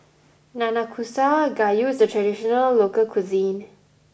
Nanakusa Gayu is a traditional local cuisine